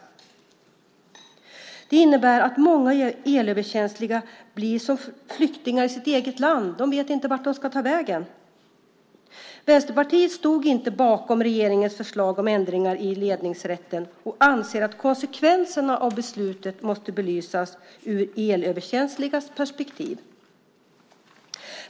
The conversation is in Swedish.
Det innebär att många elöverkänsliga blir som flyktingar i sitt eget land. De vet inte vart de ska ta vägen. Vänsterpartiet stod inte bakom regeringens förslag om ändringar i ledningsrätten och anser att konsekvenserna av beslutet måste belysas ur elöverkänsligas perspektiv.